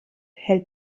hält